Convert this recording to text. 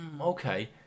okay